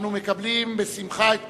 אנו מקבלים בשמחה את פניך.